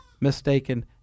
mistaken